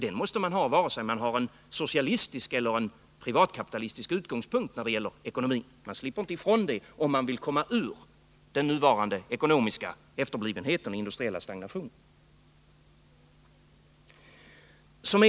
Den måste man ha vare sig man har en socialistisk eller privatkapitalistisk utgångspunkt när det gäller ekonomin. Man slipper inte ifrån detta, om man vill komma ur den nuvarande ekonomiska efterblivenheten och den industriella stagnationen.